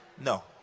no